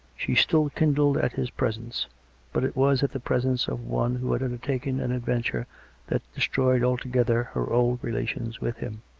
she still kindled at his presence but it was at the presence of one who had undertaken an adventure that destroyed altogether her old relations with him.